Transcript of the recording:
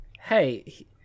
Hey